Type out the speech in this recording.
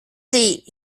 seat